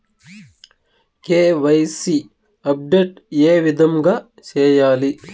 KYC update ఏ విధంగా సేయాలి?